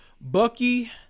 Bucky